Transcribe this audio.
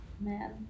Man